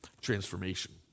transformation